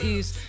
East